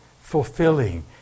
fulfilling